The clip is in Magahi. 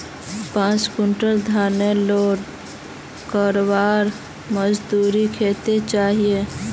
पाँच कुंटल धानेर लोड करवार मजदूरी कतेक होचए?